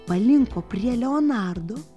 palinko prie leonardo